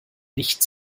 nicht